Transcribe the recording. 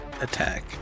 attack